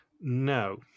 No